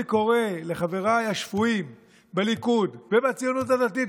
אני קורא לחבריי השפויים בליכוד ובציונות הדתית,